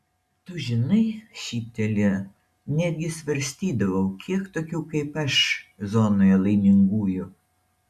tu žinai šyptelėjo netgi svarstydavau kiek tokių kaip aš zonoje laimingųjų